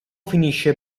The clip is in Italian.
finisce